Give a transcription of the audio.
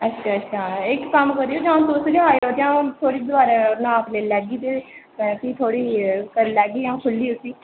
अच्छा अच्छा इक कम्म करेओ जां तुस गै आई ड़ो जां अ'ऊं थुआढ़ी दवारै नाप लेई लैगी ते भी थोह्ड़ी करी लैह्गी अ'ऊं खु'ल्ली उसी